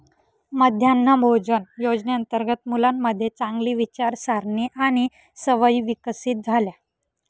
मध्यान्ह भोजन योजनेअंतर्गत मुलांमध्ये चांगली विचारसारणी आणि सवयी विकसित झाल्या